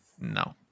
No